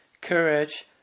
courage